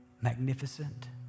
magnificent